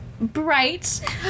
Bright